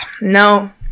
No